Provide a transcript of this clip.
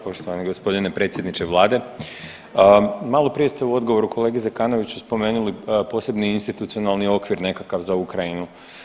Poštovani g. predsjedniče vlade, maloprije ste u odgovoru kolegi Zekanoviću spomenuli posebni institucionalni okvir nekakav za Ukrajinu.